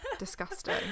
Disgusting